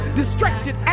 distracted